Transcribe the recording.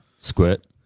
Squirt